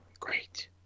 Great